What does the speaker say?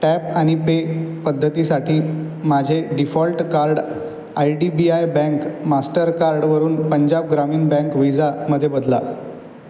tap आणि pay पद्धतीसाठी माझे default card I D B I bank मास्टरकार्डवरून पंजाब ग्रामीण बँक विझामध्ये बदला